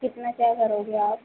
कितना क्या करोगे आप